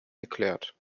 geklärt